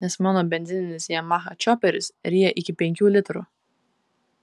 nes mano benzininis yamaha čioperis ryja iki penkių litrų